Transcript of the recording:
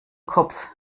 kopf